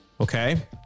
Okay